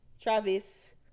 Travis